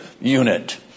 unit